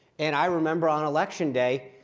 and i remember on election day,